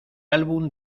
álbum